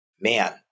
man